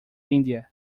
india